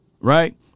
right